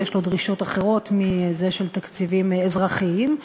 ויש לו דרישות אחרות מאלה של תקציבים אזרחיים.